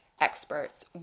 experts